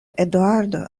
eduardo